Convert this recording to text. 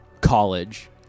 college